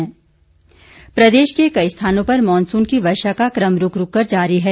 मौसम प्रदेश के कई स्थानों पर मॉनसून की वर्षा का क्रम रुक रुक कर जारी है